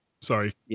sorry